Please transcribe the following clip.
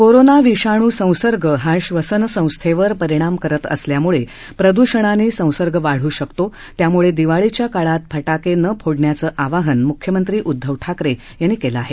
corona विषाणू संसर्ग हा श्वसनसंस्थेवर परिणाम करत असल्याने प्रद्षणांने संसर्ग वाढू शकतो त्यामुळे दिवाळीच्या काळात फटाके न फोडण्याचं आवाहन मुख्यमंत्री उद्धव ठाकरे यांनी केलं आहे